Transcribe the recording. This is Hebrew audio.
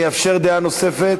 אני אאפשר דעה נוספת.